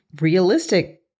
realistic